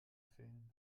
fehlen